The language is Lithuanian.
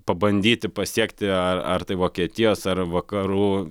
pabandyti pasiekti ar ar tai vokietijos ar vakarų